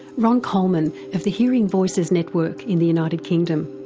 ron coleman, of the hearing voices network in the united kingdom.